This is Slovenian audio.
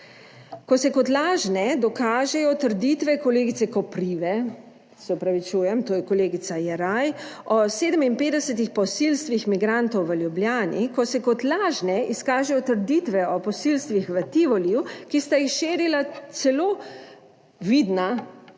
Ko se kot lažne dokažejo trditve kolegice »Koprive«, se opravičujem, to je kolegica Jeraj, o 57 posilstvih migrantov v Ljubljani, ko se kot lažne izkažejo trditve o posilstvih v Tivoliju, ki sta jih širila celo vidna